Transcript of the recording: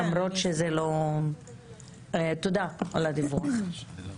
תודה על הדיווח.